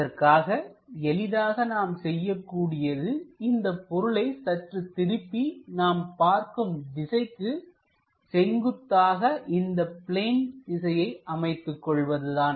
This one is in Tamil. அதற்காக எளிதாக நாம் செய்யக்கூடியது இந்தப் பொருளை சற்று திருப்பி நாம் பார்க்கும் திசைக்கு செங்குத்தாக இந்த பிளேன் திசையை அமைத்துக்கொள்வது தான்